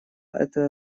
это